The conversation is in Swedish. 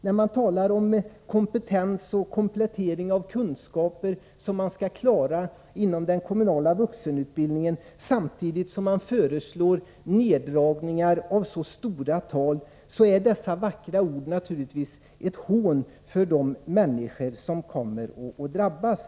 När man talar om kompetens och om kompletteringar av kunskaper som skall klaras inom den kommunala vuxenutbildningen, samtidigt som man föreslår neddragningar med så stora tal, är dessa vackra ord naturligtvis ett hån mot de människor som kommer att drabbas.